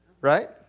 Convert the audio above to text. right